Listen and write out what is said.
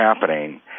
happening